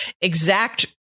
exact